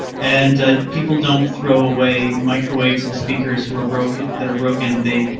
and people don't throw away microwaves and speakers who are broken, that are broken, they,